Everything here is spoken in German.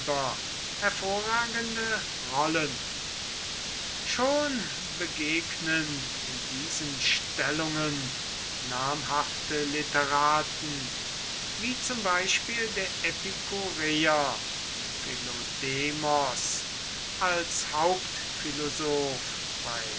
hervorragende rollen schon begegnen in diesen stellungen namhafte literaten wie zum beispiel der epikureer philodemos als hauptphilosoph bei